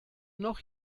noch